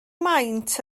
maint